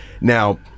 Now